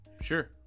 sure